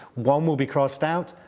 one will be crossed out.